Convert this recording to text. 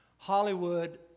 Hollywood